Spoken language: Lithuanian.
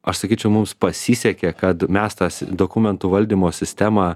aš sakyčiau mums pasisekė kad mes tą s dokumentų valdymo sistemą